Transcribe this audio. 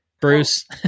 Bruce